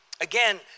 Again